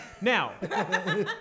Now